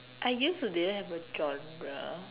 I used to don't have a genre